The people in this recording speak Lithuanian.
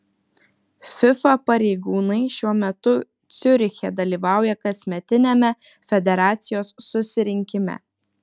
fifa pareigūnai šiuo metu ciuriche dalyvauja kasmetiniame federacijos susirinkime